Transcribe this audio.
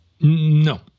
No